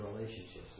relationships